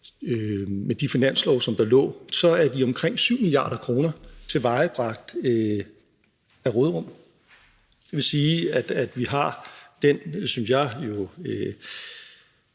med de finanslove, der lå, så er de omkring 7 mia. kr. tilvejebragt af råderummet. Det vil sige, at vi jo har den, synes jeg,